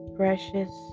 precious